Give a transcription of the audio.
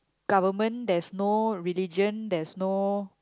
government there's no religion there's no